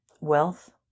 wealth